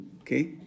Okay